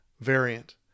variant